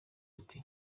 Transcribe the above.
ati